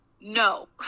no